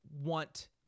want